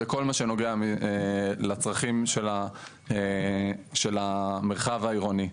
וכל מה שנוגע לצרכים של המרחב העירוני.